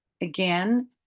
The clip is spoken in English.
again